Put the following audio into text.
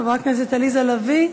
חברת הכנסת עליזה לביא?